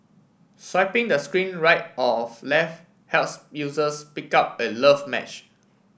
swiping the screen right of left helps users pick out a love match